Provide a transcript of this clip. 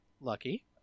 Lucky